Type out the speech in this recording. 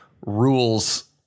rules